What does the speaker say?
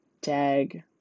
tag